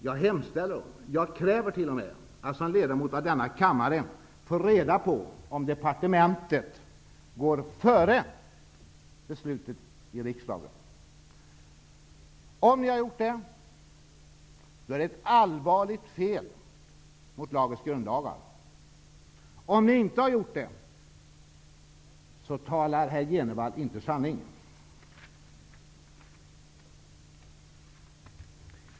Jag hemställer, jag t.o.m. kräver, att som ledamot av denna kammare få reda på om departementet föregått beslutet i riksdagen. Om ni har gjort det, är det ett allvarligt fel mot gällande grundlagar. Om ni inte har gjort det, talar herr Jenevall inte sanning.